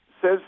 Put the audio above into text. says